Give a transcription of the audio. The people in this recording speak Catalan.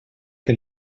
que